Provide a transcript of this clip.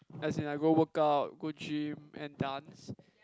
as in I go work out go gym and dance